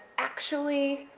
actually,